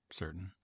certain